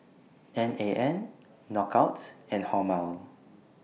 N A N Knockout and Hormel